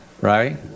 right